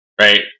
right